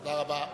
תודה רבה.